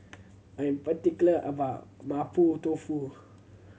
I'm particular about Mapo Tofu